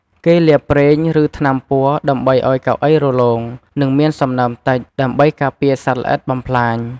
គេលាបប្រេង ឬថ្នាំពណ៌ដើម្បីឲ្យកៅអីរលោង និងមានសំណើមតិច ដើម្បីការពារសត្វល្អិតបំផ្លាញ។